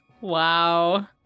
Wow